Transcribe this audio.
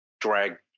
drag